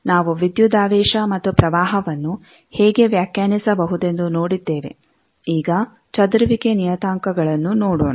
ಆದ್ದರಿಂದ ನಾವು ವಿದ್ಯುದಾವೇಶ ಮತ್ತು ಪ್ರವಾಹವನ್ನು ಹೇಗೆ ವ್ಯಾಖ್ಯಾನಿಸಬಹುದೆಂದು ನೋಡಿದ್ದೇವೆ ಈಗ ಚದುರುವಿಕೆ ನಿಯತಾಂಕಗಳನ್ನು ನೋಡೋಣ